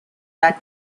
that